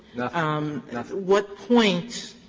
um what point